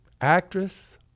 actress